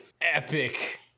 epic